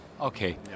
Okay